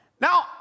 Now